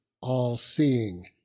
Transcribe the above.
all-seeing